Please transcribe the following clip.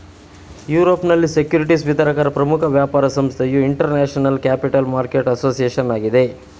ಯುರೋಪ್ನಲ್ಲಿ ಸೆಕ್ಯೂರಿಟಿಸ್ ವಿತರಕರ ಪ್ರಮುಖ ವ್ಯಾಪಾರ ಸಂಸ್ಥೆಯು ಇಂಟರ್ನ್ಯಾಷನಲ್ ಕ್ಯಾಪಿಟಲ್ ಮಾರ್ಕೆಟ್ ಅಸೋಸಿಯೇಷನ್ ಆಗಿದೆ